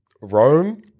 Rome